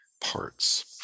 parts